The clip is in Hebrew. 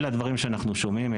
אלה הדברים שאנחנו שומעים.